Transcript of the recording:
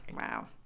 Wow